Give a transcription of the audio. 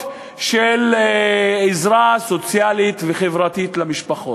של עזרה סוציאלית וחברתית למשפחות.